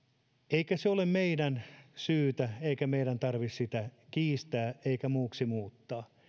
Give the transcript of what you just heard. eikä se ole meidän syytä eikä meidän tarvitse sitä kiistää eikä muuksi muuttaa